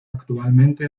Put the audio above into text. actualmente